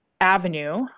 avenue